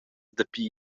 dapi